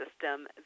system